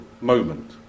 moment